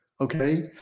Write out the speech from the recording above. okay